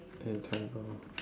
anytime now